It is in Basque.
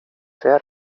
zehar